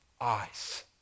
eyes